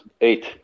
Eight